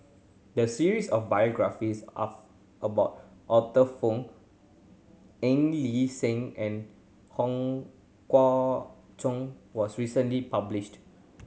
the series of biographies of about Arthur Fong Eng Lee Sing and Hong Kah Chun was recently published